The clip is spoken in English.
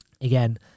Again